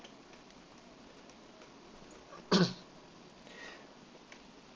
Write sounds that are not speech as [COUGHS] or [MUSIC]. [COUGHS]